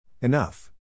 Enough